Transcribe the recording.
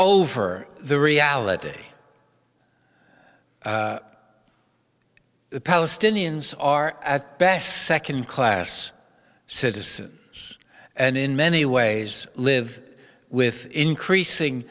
over the reality the palestinians are at best second class citizens and in many ways live with increasing